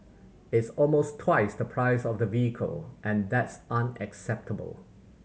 it's almost twice the price of the vehicle and that's unacceptable